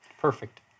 Perfect